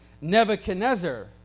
Nebuchadnezzar